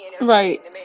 Right